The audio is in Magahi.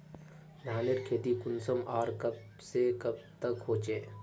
धानेर खेती कुंसम आर कब से कब तक होचे?